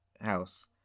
house